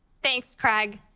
thanks, craig.